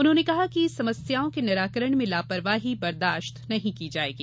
उन्होंने कहा कि समस्याओं के निराकरण में लापरवाही बर्दाश्त नहीं की जायेगी